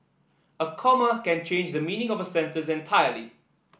a comma can change the meaning of a sentence entirely